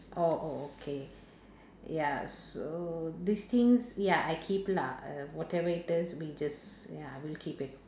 oh oh okay ya so these things ya I keep lah err whatever it is we just ya we'll keep it